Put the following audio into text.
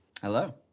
Hello